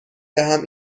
دهم